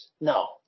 No